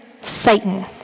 Satan